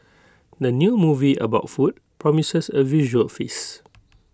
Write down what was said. the new movie about food promises A visual feast